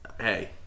Hey